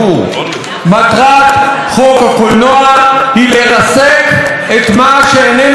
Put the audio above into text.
מטרת חוק הקולנוע היא לרסק את מה שאיננו מקולקל,